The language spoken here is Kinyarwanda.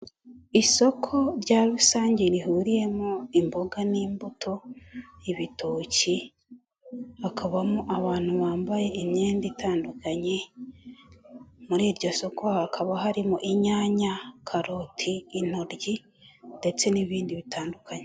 Isoko rya rusange rihuriyemo imboga n'imbuto, ibitoki hakabamo abantu bambaye imyenda itandukanye muri iryo soko hakaba harimo inyanya karoti intoryi ndetse n'ibindi bitandukanye.